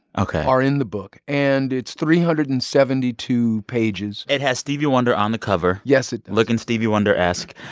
ok. are in the book. and it's three hundred and seventy two pages it has stevie wonder on the cover. yes, it does. looking stevie wonder-esque.